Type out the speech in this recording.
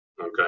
okay